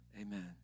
Amen